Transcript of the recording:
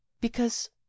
Because